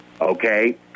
okay